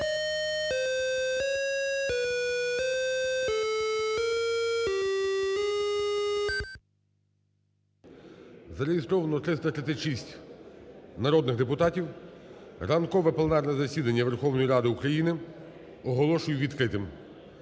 Зареєстровано 336 народних депутатів. Ранкове пленарне засідання Верховної Ради України оголошую відкритим.